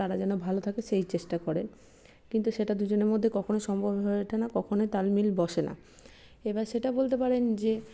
তারা যেন ভালো থাকে সেই চেষ্টা করেন কিন্তু সেটা দুজনের মধ্যে কখনও সম্ভব হয়ে ওঠে না কখনই তাল মিল বসে না এবার সেটা বলতে পারেন যে